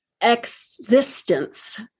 existence